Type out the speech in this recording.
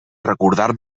recordar